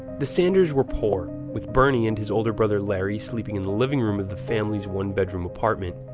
the sanders' were poor, with bernie and his older brother larry sleeping in the living room of the family's one-bedroom apartment.